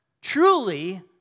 truly